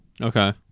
Okay